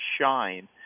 shine